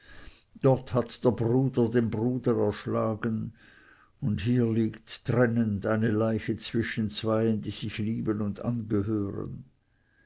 dort hat der bruder den bruder erschlagen und hier liegt trennend eine leiche zwischen zweien die sich lieben und angehören